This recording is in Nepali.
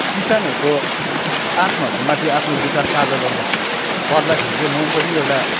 किसानहरूको आत्महत्यामाथि आफ्नो विचार साझा गर्नपर्दाखेरि चाहिँ म पनि चाहिँ एउटा